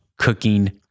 cooking